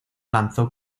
lanzó